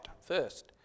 first